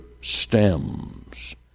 stems